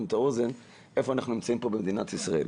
את האוזן איפה אנחנו נמצאים פה במדינת ישראל.